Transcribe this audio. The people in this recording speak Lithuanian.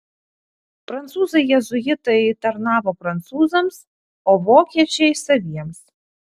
prancūzai jėzuitai tarnavo prancūzams o vokiečiai saviems